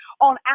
on